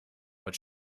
but